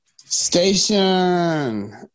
Station